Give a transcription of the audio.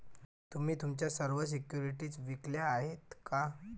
तुम्ही तुमच्या सर्व सिक्युरिटीज विकल्या आहेत का?